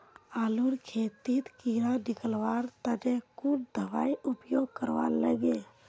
आलूर खेतीत कीड़ा निकलवार तने कुन दबाई उपयोग करवा लगे?